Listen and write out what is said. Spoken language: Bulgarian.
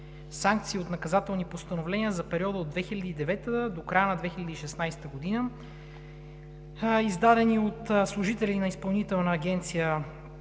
санкции от наказателни постановления за периода от 2009 г. до края на 2016 г., издадени от служители на Изпълнителна агенция